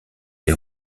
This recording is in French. les